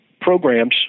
programs